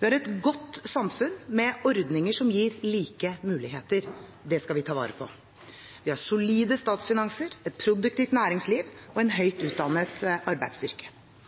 Vi har et godt samfunn med ordninger som gir like muligheter. Det skal vi ta vare på. Vi har solide statsfinanser, et produktivt næringsliv og en høyt utdannet arbeidsstyrke.